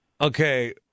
Okay